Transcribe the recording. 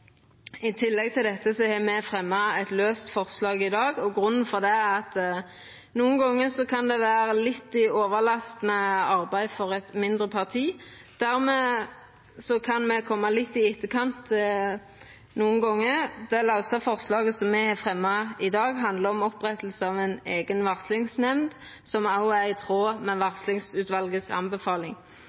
I tillegg til dette har me fremja eit laust forslag i dag. Grunnen til det er at nokre gonger kan det vera litt i overkant med arbeid for eit mindre parti, og dermed kan me koma litt på etterskot. Det lause forslaget som me har fremja i dag, handlar om oppretting av ei eiga varslingsnemnd, som også er i tråd med